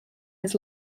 his